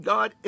God